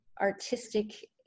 artistic